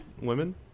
women